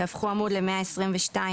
בעמוד 122,